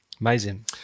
amazing